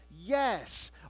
Yes